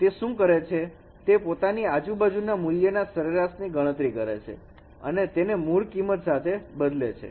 તે શું કરે છે તે પોતાની આજુબાજુના મૂલ્યના સરેરાશ ની ગણતરી કરે છે અને તેને મૂળ કિંમત સાથે બદલે છે